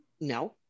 no